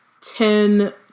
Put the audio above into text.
ten